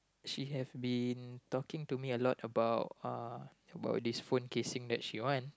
she have been talking to me a lot about uh about this phone casing that she want